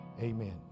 Amen